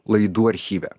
laidų archyve